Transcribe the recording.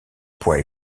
poids